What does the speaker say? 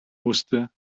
musste